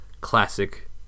classic